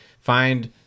find